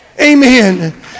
Amen